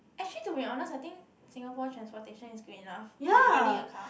actually to be honest I think Singapore transportation is good enough that you don't need a car